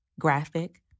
graphic